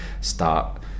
start